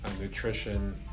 nutrition